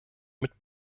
mit